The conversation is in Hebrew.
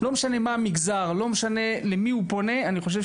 לא משנה לי מאיזה מגזר ולא משנה לי למי זה פונה אני חושב